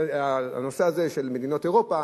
הנושא הזה של מדינות אירופה.